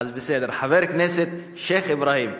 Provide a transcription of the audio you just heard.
אז בסדר, חבר הכנסת שיח' אברהים.